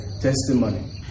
testimony